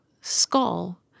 skull